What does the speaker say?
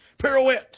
Pirouette